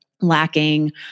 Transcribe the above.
lacking